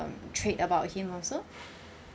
trait about him also